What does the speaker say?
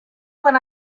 when